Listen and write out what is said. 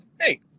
hey